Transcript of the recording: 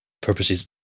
purposes